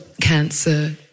cancer